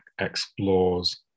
explores